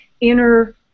inner